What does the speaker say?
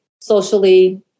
socially